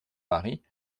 paris